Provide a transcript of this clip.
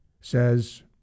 says